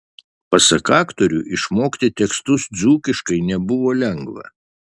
pasak aktorių išmokti tekstus dzūkiškai nebuvo lengva